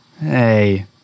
Hey